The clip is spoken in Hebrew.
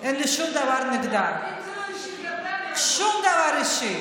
אין לי שום דבר נגדה, אז אם זה לא, שום דבר אישי,